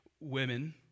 women